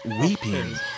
weeping